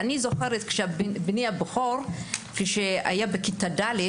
אני זוכרת שכשבני הבכור היה בכתה ד',